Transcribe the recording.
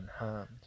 unharmed